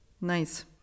Nice